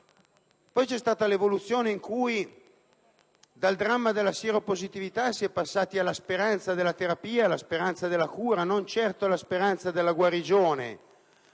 Poi vi è stata l'evoluzione in cui dal dramma della sieropositività si è passati alla speranza della terapia, della cura e non certo della guarigione,